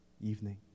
evening